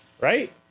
Right